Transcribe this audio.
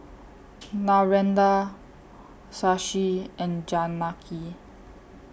Narendra Shashi and Janaki